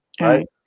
right